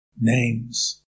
names